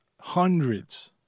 hundreds